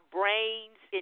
brains